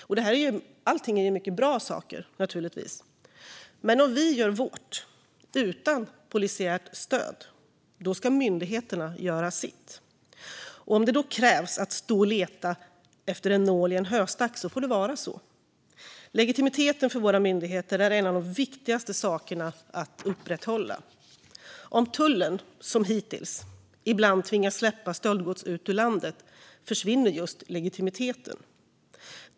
Allt detta är naturligtvis mycket bra saker. Men om vi gjort vårt, utan polisiärt stöd, då ska myndigheter göra sitt. Om det då krävs att stå och leta efter en nål i en höstack så får det vara så. Legitimiteten för våra myndigheter är en av de viktigaste sakerna att upprätthålla. Om tullen, liksom hittills, ibland tvingas släppa stöldgods ut ur landet försvinner just legitimiteten.